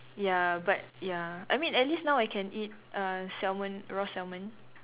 ya but ya I mean at least now I can eat err salmon raw salmon